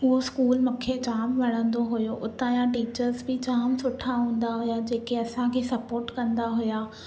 उहो स्कूल मूंखे जाम वणंदो हुओ हुतां जा टीचर्स बि जाम सुठा हूंदा हुआ जेके असांखे सपोट कंदा हुआ